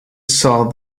saw